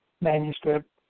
manuscript